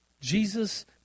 Jesus